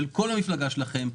של כל המפלגה שלכם,